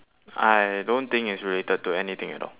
I don't think it's related to anything at all